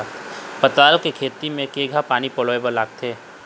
पताल के खेती म केघा पानी पलोए बर लागथे?